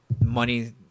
money